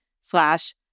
slash